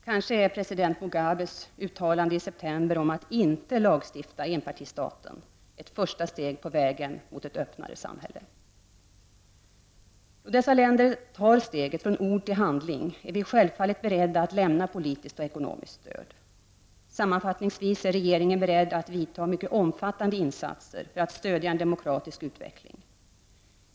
Kanske är president Mugabes uttalande i september om att inte lagfästa enpartistaten ett första steg på vägen mot ett öppnare samhälle. Då dessa länder tar steget från ord till handling är vi självfallet beredda att lämna politiskt och ekonomiskt stöd. Sammanfattningsvis är regeringen beredd att göra mycket omfattande insatser för att stödja en demokratisk utveckling.